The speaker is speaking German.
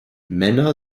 männer